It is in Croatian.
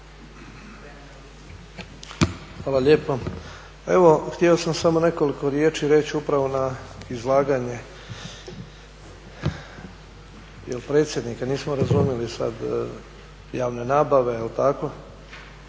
Hvala lijepo. Evo htio sam samo nekoliko riječi reći upravo na izlaganje je l predsjednika, nismo razumjeli sad, javne nabave. Vi ste